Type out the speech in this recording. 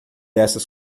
essas